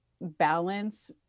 balance